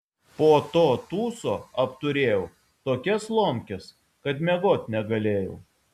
po to tūso apturėjau tokias lomkes kad miegot negalėjau